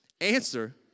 answer